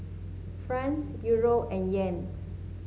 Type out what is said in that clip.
France Euro and Yen